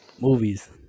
movies